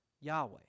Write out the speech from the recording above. Yahweh